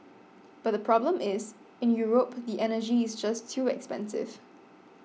but the problem is in Europe the energy is just too expensive